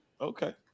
Okay